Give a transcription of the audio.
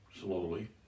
slowly